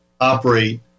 operate